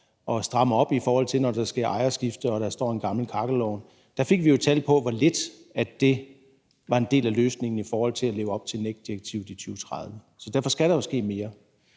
at stramme op, i forhold til når der sker ejerskifte og der står en gammel kakkelovn, fik vi jo tal på, hvor lidt det var en del af løsningen i forhold til at leve op til NEC-direktivet i 2030, så derfor skal der ske mere.